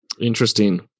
Interesting